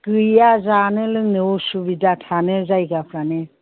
गैया जानो लोंनो असुबिदा थानो जायगाफ्रानो